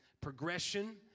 progression